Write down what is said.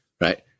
right